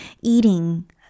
eating